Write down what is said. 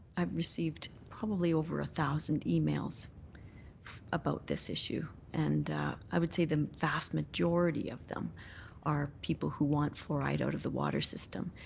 received probably over a thousand e-mails about this issue. and i would say the vast majority of them are people who want fluoride out of the water system.